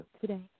Today